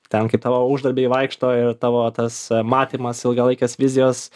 ten kaip tavo uždarbiai vaikšto ir tavo tas matymas ilgalaikės vizijos